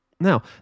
Now